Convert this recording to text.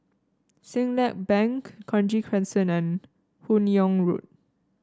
Siglap Bank Kranji Crescent and Hun Yeang Road